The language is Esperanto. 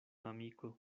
amiko